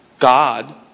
God